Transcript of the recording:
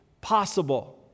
possible